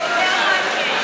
אדוני השר,